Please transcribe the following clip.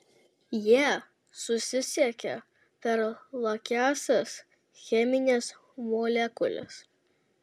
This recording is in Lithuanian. jie susisiekia per lakiąsias chemines molekules